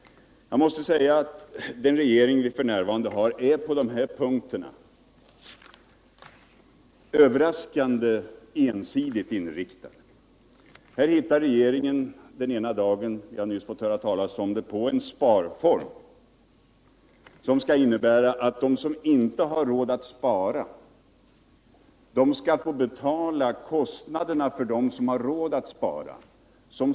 Jag måste säga att den regering vi f.n. har är på de här punkterna utomordentligt ensidigt inriktad. Här hittar regeringen på — vi har nyss fått höra talas om det —-en sparform som skall innebära att de som inte har råd att spara skall få betala kostnaderna för dem som har råd att spara.